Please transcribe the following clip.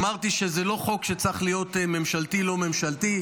אמרתי שזה לא חוק שצריך להיות ממשלתי או לא ממשלתי,